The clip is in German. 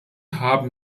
haben